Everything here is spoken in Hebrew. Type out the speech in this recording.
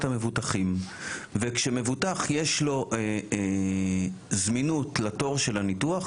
המבוטחים וכשלמבוטח יש זמינות לתור של הניתוח,